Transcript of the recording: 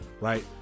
right